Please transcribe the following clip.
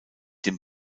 dem